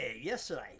yesterday